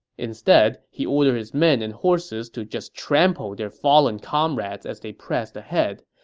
instead, he ordered his men and horses to just trample their fallen comrades as they pressed ahead.